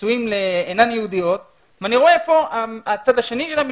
נשואים ללא יהודיות ואני רואה איפה הצד השני של המשפחה,